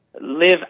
live